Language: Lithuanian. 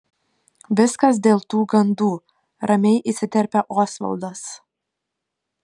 viskas dėl tų gandų ramiai įsiterpia osvaldas